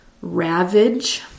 ravage